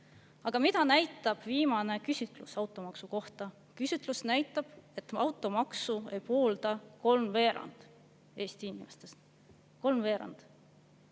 Aga mida näitab viimane küsitlus automaksu kohta? Küsitlus näitab, et automaksu ei poolda kolmveerand Eesti inimestest. Kolmveerand!